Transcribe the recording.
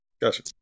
Gotcha